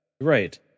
Right